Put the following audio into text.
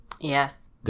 Yes